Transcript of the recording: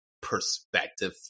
perspective